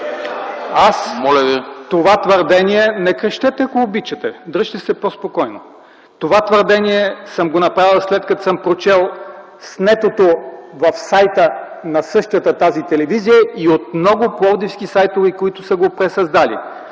ЗАХАРИ ГЕОРГИЕВ: Не крещете, ако обичате. Дръжте се по-спокойно. Това твърдение съм го направил, след като съм прочел снетото в сайта на същата тази телевизия и много пловдивски сайтове, които са го пресъздали.